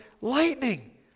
lightning